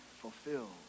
fulfilled